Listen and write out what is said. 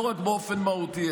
לא רק באופן מהותי,